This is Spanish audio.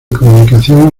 comunicación